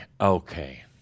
Okay